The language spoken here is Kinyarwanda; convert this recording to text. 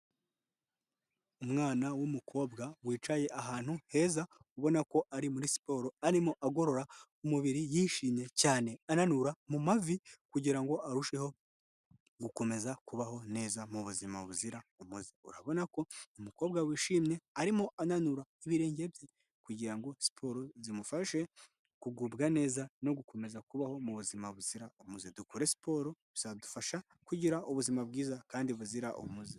Umwana w'umukobwa wicaye ahantu heza, ubona ko ari muri siporo, arimo agorora umubiri yishimye cyane, ananura mu mavi kugira ngo arusheho gukomeza kubaho neza mu buzima buzira umuze, urabona ko ni umukobwa wishimye, arimo ananura ibirenge bye kugira ngo siporo zimufashe kugubwa neza no gukomeza kubaho mu buzima buzira umuze. Dukore siporo bizadufasha kugira ubuzima bwiza kandi buzira umuze.